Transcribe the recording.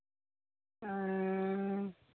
ᱦᱮᱸ